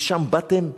משם באתם,